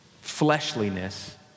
fleshliness